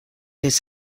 his